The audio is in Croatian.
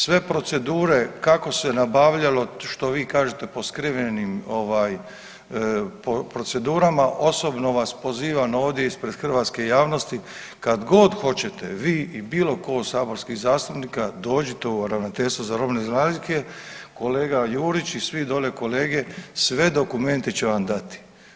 Sve procedure kako se nabavljalo, što vi kažete po skrivenim procedurama, osobno vas pozivam ovdje ispred hrvatske javnosti kad god hoćete vi i bilo ko od saborskih zastupnika dođite u Ravnateljstvo za robne zalihe, kolega Jurić i svi dolje kolege sve dokumente će vam dati.